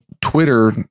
Twitter